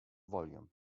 volume